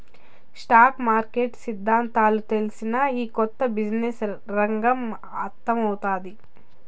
stock market సిద్దాంతాలు తెల్సినా, ఈ కొత్త బిజినెస్ రంగం అర్థమౌతాది